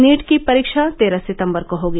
NEET की परीक्षा तेरह सितंबर को होगी